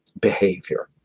behavior.